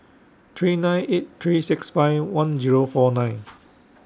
three nine eight three six five one Zero four nine